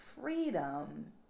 freedom